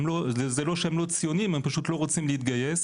זה לא שהם לא ציונים, הם פשוט לא רוצים להתגייס.